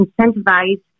incentivize